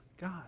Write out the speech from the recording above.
God